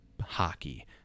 hockey